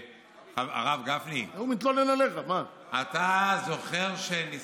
דוד, פעם אחרונה שלך.